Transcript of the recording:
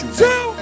two